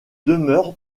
demeure